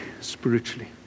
spiritually